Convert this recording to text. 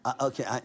Okay